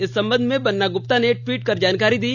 इस संबंध में बन्ना गुप्ता ने ट्वीट कर जानकारी दी